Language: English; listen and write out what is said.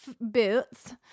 boots